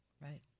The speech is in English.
Right